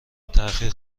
تأخیر